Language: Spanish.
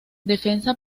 defensa